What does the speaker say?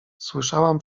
słyszałam